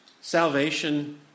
salvation